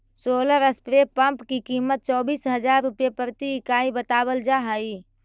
solar spray pump की कीमत चौबीस हज़ार रुपए प्रति इकाई बतावल जा हई